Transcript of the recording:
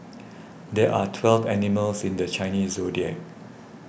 there are twelve animals in the Chinese zodiac